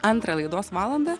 antrą laidos valandą